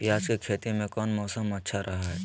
प्याज के खेती में कौन मौसम अच्छा रहा हय?